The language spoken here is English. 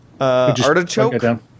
artichoke